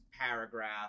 paragraph